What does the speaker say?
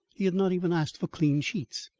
he had not even asked for clean sheets,